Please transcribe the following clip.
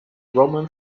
roman